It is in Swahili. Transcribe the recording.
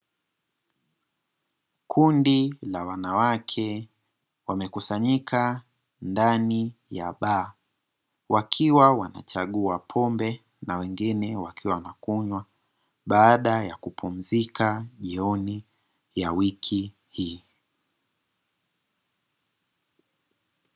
Kundi la wanawake wamekusanyika ndani ya baa wakiwa wanachagua pombe na wengine wakiwa wanakunywa baada ya kupumzika jioni ya wiki hii.